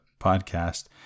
podcast